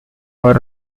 for